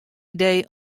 idee